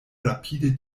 rapide